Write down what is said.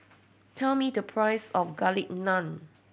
tell me the price of Garlic Naan